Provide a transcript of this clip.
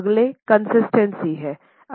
अगले कंसिस्टेंसी है